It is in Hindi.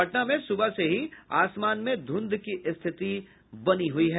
पटना में सुबह से ही आसमान में धुंध की स्थिति बनी हुई है